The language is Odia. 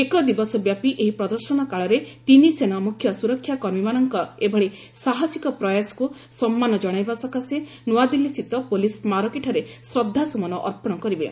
ଏକ ଦିବସ ବ୍ୟାପୀ ଏହି ପ୍ରଦର୍ଶନକାଳରେ ତିନି ସେନା ମୁଖ୍ୟ ସୁରକ୍ଷା କର୍ମୀମାନଙ୍କ ଏଭଳି ସାହସିକ ପ୍ରୟାସକୁ ସମ୍ମାନ ଜଣାଇବା ସକାଶେ ନୁଆଦିଲ୍ଲାସ୍ଥିତ ପୁଲିସ୍ ସ୍କାରକୀଠାରେ ଶ୍ରଦ୍ଧାସୁମନ ଅର୍ପଣ କରିବେ